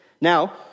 Now